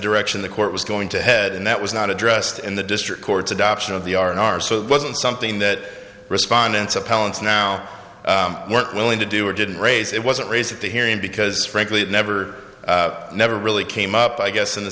direction the court was going to head and that was not addressed in the district court's adoption of the our in our so it wasn't something that respondents appellants now weren't willing to do or didn't raise it wasn't raised at the hearing because frankly it never never really came up i guess in the